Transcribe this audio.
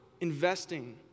investing